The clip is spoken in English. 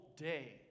day